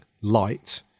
light